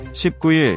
19일